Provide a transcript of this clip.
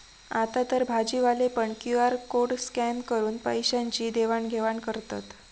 आतातर भाजीवाले पण क्यु.आर कोड स्कॅन करून पैशाची देवाण घेवाण करतत